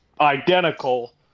identical